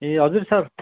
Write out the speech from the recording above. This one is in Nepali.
ए हजुर सर